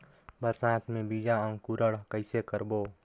बरसात मे बीजा अंकुरण कइसे करबो?